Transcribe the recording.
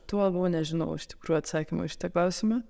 tuo labiau nežinau iš tikrųjų atsakymo į šitą klausimą